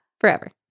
Forever